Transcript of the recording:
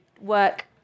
work